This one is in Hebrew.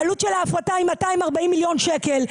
העלות של ההפרטה היא 240 מיליון שקל.